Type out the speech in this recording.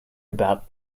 about